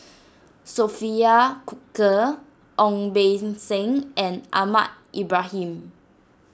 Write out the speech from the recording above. Sophia Cooke Ong Beng Seng and Ahmad Ibrahim